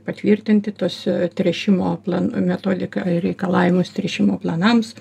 patvirtinti tuos tręšimo plan metodiką ir reikalavimus tręšimo planams